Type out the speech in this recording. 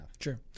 sure